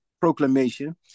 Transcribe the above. proclamation